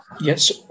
Yes